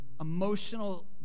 emotional